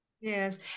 yes